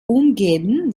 umgeben